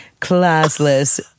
classless